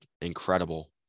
incredible